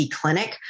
clinic